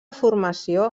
formació